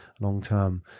long-term